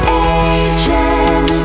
ages